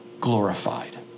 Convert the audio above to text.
glorified